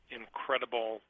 incredible